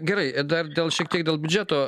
gerai dar dėl šiek tiek dėl biudžeto